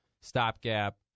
stopgap